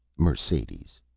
mercedes.